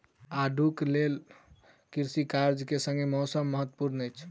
आड़ूक लेल कृषि कार्य के संग मौसम महत्वपूर्ण अछि